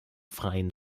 freien